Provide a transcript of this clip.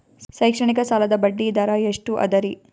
ಶೈಕ್ಷಣಿಕ ಸಾಲದ ಬಡ್ಡಿ ದರ ಎಷ್ಟು ಅದರಿ?